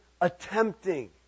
attempting